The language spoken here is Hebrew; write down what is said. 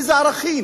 אילו ערכים?